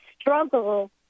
struggle